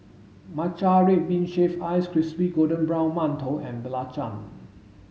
Matcha red bean shaved ice crispy golden brown mantou and Belacan